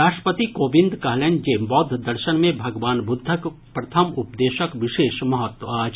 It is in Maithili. राष्ट्रपति कोविंद कहलनि अछि जे बौद्ध दर्शन मे भगवान बुद्धक प्रथम उपदेशक विशेष महत्व अछि